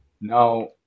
now